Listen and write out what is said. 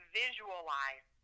visualize